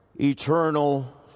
eternal